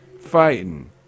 fighting